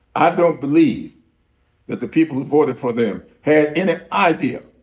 i don't believe that the people who voted for them had any idea